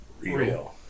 real